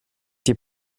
die